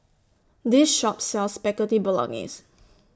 This Shop sells Spaghetti Bolognese